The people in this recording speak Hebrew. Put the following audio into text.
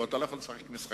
פה אתה לא יכול לשחק משחקים.